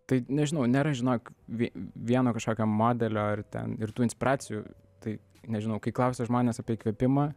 tai nežinau nėra žinok vie vieno kažkokio modelio ir ten ir tų inspiracijų tai nežinau kai klausia žmonės apie įkvėpimą